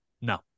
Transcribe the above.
No